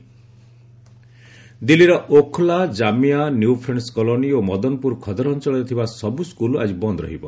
Delhi protest ଦିଲ୍ଲୀର Okhla Jamia New Friends colony ଓ ମଦନପୁର ଖଦର ଅଞ୍ଚଳରେ ଥିବା ସବୁ ସ୍କୁଲ୍ ଆଜି ବନ୍ଦ ରହିବ